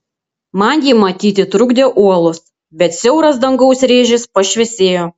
man jį matyti trukdė uolos bet siauras dangaus rėžis pašviesėjo